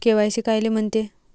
KYC कायले म्हनते?